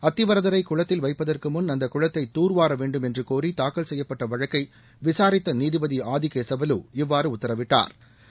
அத்திவரதரை குளத்தில் வைப்பதற்கு முன் அந்த குளத்தை தூா்வார வேண்டும் என்று கோரி தாக்கல் செய்யப்பட்ட வழக்கை விசாரித்த நீதிபதி ஆதிகேசவலு இவ்வாறு உத்தரவிட்டாா்